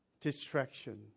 distraction